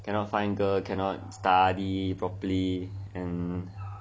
cannot find girl cannot study properly and